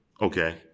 okay